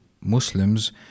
muslims